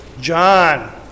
John